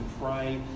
pray